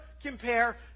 compare